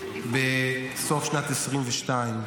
בסוף שנת 2022,